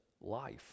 life